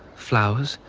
flowers,